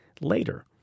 later